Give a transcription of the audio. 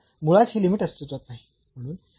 तर मुळात ही लिमिट अस्तित्वात नाही